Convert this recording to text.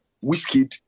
whiskey